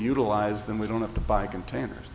utilize them we don't have to buy containers